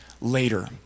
later